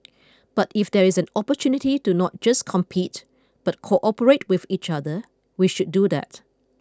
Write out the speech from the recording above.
but if there is an opportunity to not just compete but cooperate with each other we should do that